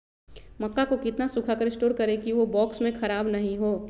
मक्का को कितना सूखा कर स्टोर करें की ओ बॉक्स में ख़राब नहीं हो?